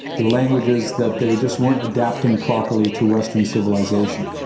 their languages, that they just weren't adapting properly to western civilisation.